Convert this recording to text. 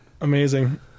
Amazing